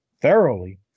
Thoroughly